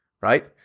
right